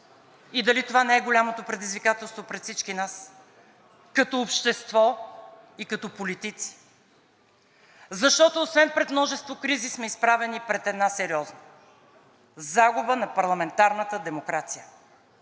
и дали това не е голямото предизвикателство пред всички нас като общество и като политици? Защото освен пред множество кризи сме изправени пред една сериозна – загуба на парламентарната демокрация.